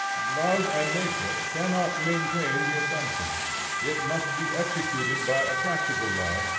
love and nature cannot maintain the assumption it must be executed by a practical lie,